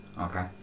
Okay